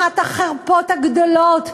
אחת החרפות הגדולות.